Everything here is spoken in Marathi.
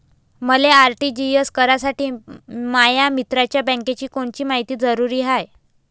मले आर.टी.जी.एस करासाठी माया मित्राच्या बँकेची कोनची मायती जरुरी हाय?